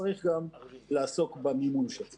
שצריך גם לעסוק במימון של זה.